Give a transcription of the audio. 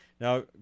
Now